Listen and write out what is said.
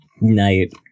night